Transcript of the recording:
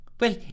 Well